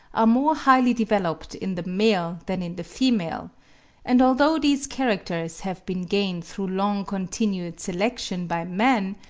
are more highly developed in the male than in the female and although these characters have been gained through long-continued selection by man,